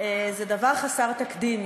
זה דבר חסר תקדים.